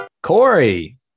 Corey